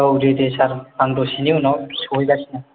औ दे दे सार आं दसेनि उनाव सहैगासिनो